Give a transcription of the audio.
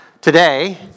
today